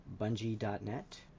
Bungie.net